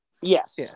Yes